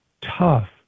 tough